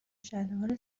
شلوار